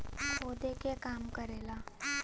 खोदे के काम करेला